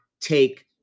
take